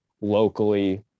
locally